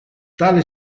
tale